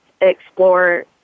explore